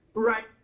right.